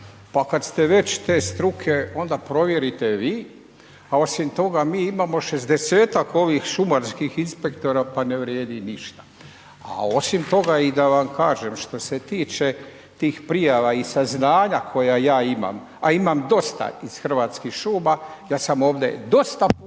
Pa kad ste već te struke onda provjerite vi a osim toga mi imamo 60-ak ovih šumarskih inspektora pa ne vrijedi išta. A osim toga i da vam kažem što se tiče tih prijava i saznanja koja ja imam a imam dosta iz Hrvatskih šuma, ja sam ovdje dosta